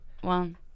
One